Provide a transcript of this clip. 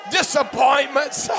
disappointments